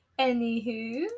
Anywho